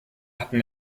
hatten